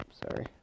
sorry